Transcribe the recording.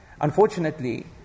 Unfortunately